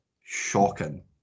shocking